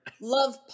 Love